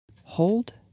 hold